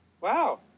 Wow